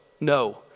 no